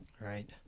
right